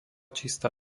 čistá